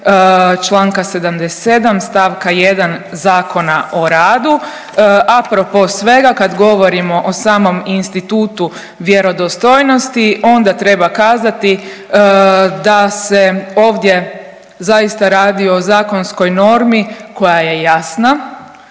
čl. 77. st. 1. ZOR-a, apropo svega kad govorimo o samom institutu vjerodostojnosti onda treba kazati da se ovdje zaista radi o zakonskoj normi koja je jasna